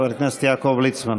חבר הכנסת יעקב ליצמן.